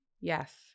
Yes